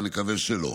ונקווה שלא.